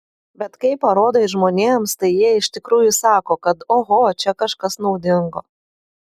bet kai parodai žmonėms tai jie iš tikrųjų sako kad oho čia kažkas naudingo